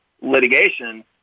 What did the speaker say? litigation